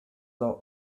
law